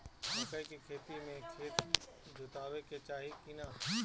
मकई के खेती मे खेत जोतावे के चाही किना?